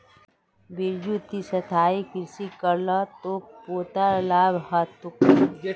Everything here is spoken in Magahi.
बिरजू ती स्थायी कृषि कर ल तोर पोताक लाभ ह तोक